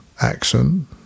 accent